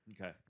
Okay